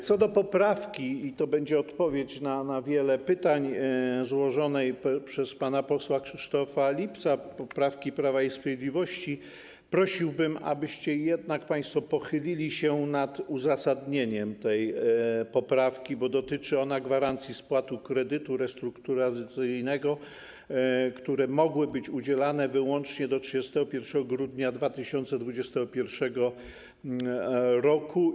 Co do poprawki - i to będzie odpowiedź na wiele pytań - złożonej przez pana posła Krzysztofa Lipca, poprawki Prawa i Sprawiedliwości, to prosiłbym, abyście jednak państwo pochylili się nad uzasadnieniem tej poprawki, bo dotyczy ona gwarancji spłaty kredytu restrukturyzacyjnego, który mógł być udzielany wyłącznie do 31 grudnia 2021 r.